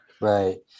Right